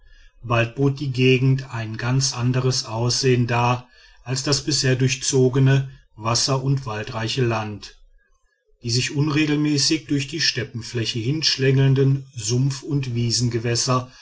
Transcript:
bald bot die gegend ein ganz anderes aussehen dar als das bisher durchzogene wasser und waldreiche land die sich unregelmäßig durch die steppenfläche hinschlängelnden sumpf und